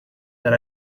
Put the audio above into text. that